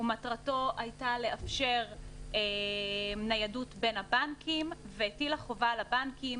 מטרתו הייתה לאפשר ניידות בין הבנקים והטיל חובה על הבנקים,